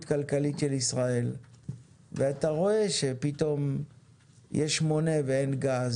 כלכלית של ישראל ואתה רואה שפתאום יש מונה ואין גז,